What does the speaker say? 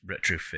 retrofit